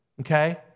okay